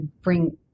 bring